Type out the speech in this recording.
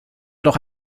doch